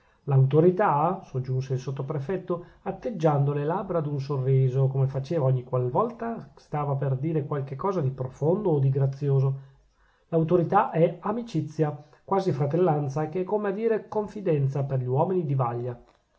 carabinieri lautorità soggiunse il sottoprefetto atteggiando le labbra ad un sorriso come faceva ogni qual volta stava per dire qualche cosa di profondo o di grazioso l'autorità è amicizia quasi fratellanza che è come a dire confidenza per gli uomini di vaglia